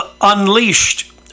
Unleashed